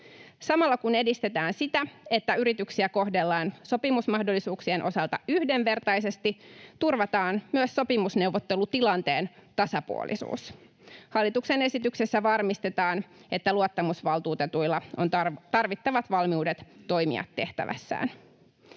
Samalla kun edistetään sitä, että yrityksiä kohdellaan sopimusmahdollisuuksien osalta yhdenvertaisesti, turvataan myös sopimusneuvottelutilanteen tasapuolisuus. Hallituksen esityksessä varmistetaan, että luottamusvaltuutetuilla on tarvittavat valmiudet toimia tehtävässään.